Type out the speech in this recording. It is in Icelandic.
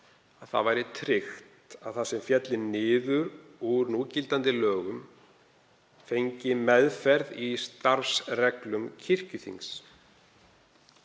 á að tryggt væri að það sem félli brott úr núgildandi lögum fengi meðferð í starfsreglum kirkjuþings.